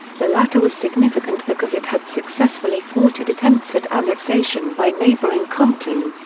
the latter was significant because it had successfully thwarted attempts at annexation by neighboring compton.